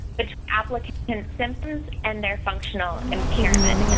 which application symptoms and their functional impairment. and